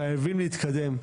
חייבים להתקדם.